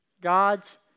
God's